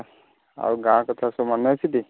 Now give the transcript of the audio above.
ଆଉ ଗାଁ କଥା ସବୁ ମନେ ଅଛି ଟି